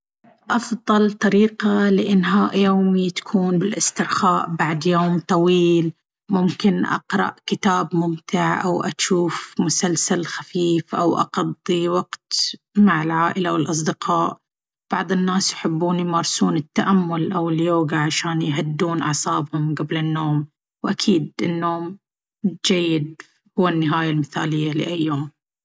أفضل طريقة لإنهاء يومي تكون بالاسترخاء بعد يوم طويل. ممكن أقرأ كتاب ممتع، أو أجوف مسلسل خفيف، أو أقضي وقت مع العائلة والأصدقاء. بعض الناس يحبون يمارسون التأمل أو اليوغا عشان يهدون أعصابهم قبل النوم. وأكيد، النوم الجيد هو النهاية المثالية لأي يوم.